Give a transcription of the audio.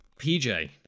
pj